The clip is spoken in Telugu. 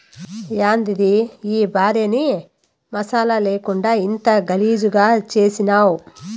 యాందిది ఈ భార్యని మసాలా లేకుండా ఇంత గలీజుగా చేసినావ్